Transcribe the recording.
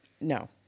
No